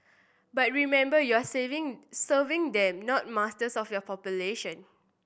but remember you are saving serving them not masters of your population